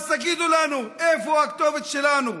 אז תגידו לנו, איפה הכתובת שלנו?